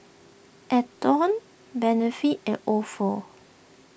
Atherton Benefit and Ofo